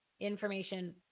information